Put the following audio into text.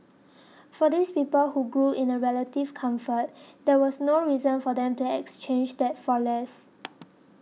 for these people who grew in a relative comfort there was no reason for them to exchange that for less